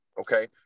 okay